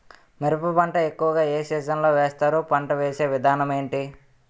మిరప పంట ఎక్కువుగా ఏ సీజన్ లో వేస్తారు? పంట వేసే విధానం ఎంటి?